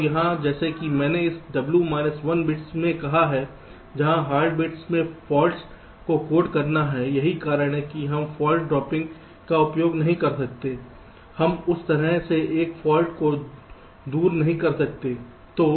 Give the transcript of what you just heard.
और यहां जैसा कि मैंने इस डब्ल्यू माइनस 1 बिट्स में कहा है जहां हार्ड बिट्स में फॉल्ट्स को कोड करना है यही कारण है कि हम फाल्ट ड्रॉपिंग का उपयोग नहीं कर सकते हैं हम उस तरह से एक फाल्ट को दूर नहीं कर सकते